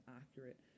accurate